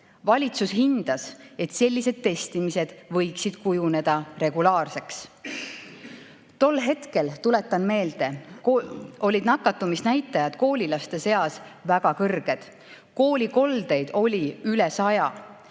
Valitsus hindas, et sellised testimised võiksid kujuneda regulaarseks. Tol hetkel, tuletan meelde, olid nakatumisnäitajad koolilaste seas väga kõrged, koolikoldeid oli üle 100.